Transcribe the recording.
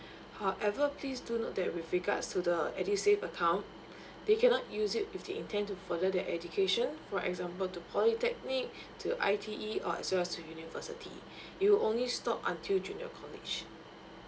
however please do note that with regards to the edusave account they cannot use it with the intent to further their education for example to polytechnic to I_T_E or as well as to university you only stop until junior college